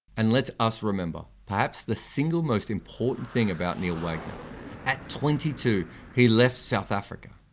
and lets us remember perhaps the single most important thing about neil wagner at twenty two he left south africa.